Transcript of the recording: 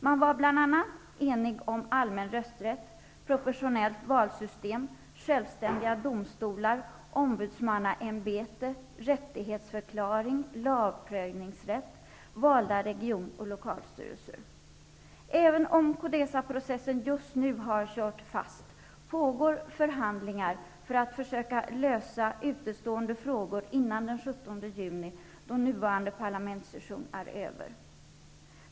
Man var bl.a. enig om allmän rösträtt, proportionellt valsystem, självständiga domstolar, ombudsmannaämbete, rättighetsförklaring, lagprövningsrätt och valda region och lokalstyrelser. Även om Codesaprocessen just nu har kört fast, pågår förhandlingar för att försöka lösa utestående frågor före den 17 juni, då nuvarande parlamentssession är över.